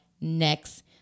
next